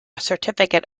certificate